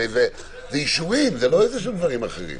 הרי זה אישורים, זה לא דברים אחרים.